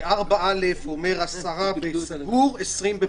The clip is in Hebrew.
4א אומר: 10 בסגור, 20 בפתוח.